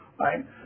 right